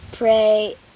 Pray